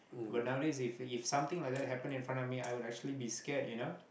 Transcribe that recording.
but nowadays different if something like that happen in front of me I would actually be scared you know